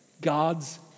God's